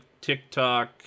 TikTok